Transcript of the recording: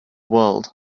world